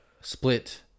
split